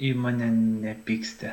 įmonė nepyksta